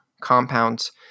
compounds